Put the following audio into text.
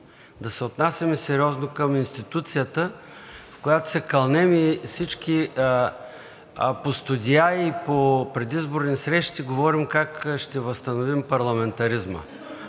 Да се отнасяме сериозно към институция, в която се кълнем, и всички по студия и по предизборни срещи говорим как ще възстановим парламентаризма.